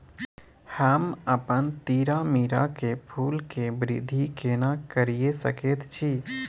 हम अपन तीरामीरा के फूल के वृद्धि केना करिये सकेत छी?